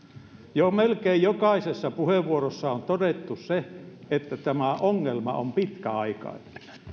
melkein jokaisessa puheenvuorossa on todettu se että tämä ongelma on pitkäaikainen